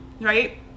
right